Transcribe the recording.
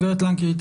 גב' לנקרי.